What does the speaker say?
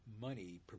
money